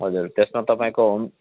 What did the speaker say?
हजुर त्यसमा तपाईँको होम